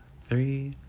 three